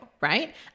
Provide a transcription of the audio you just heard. right